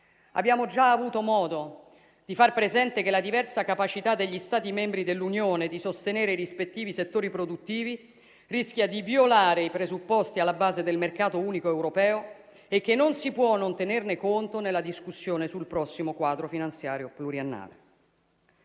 Abbiamo già avuto modo di far presente che la diversa capacità degli Stati membri dell'Unione di sostenere i rispettivi settori produttivi rischia di violare i presupposti alla base del Mercato unico europeo e che non si può non tenerne conto nella discussione sul prossimo quadro finanziario pluriennale.